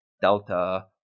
delta